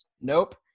Nope